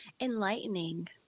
enlightening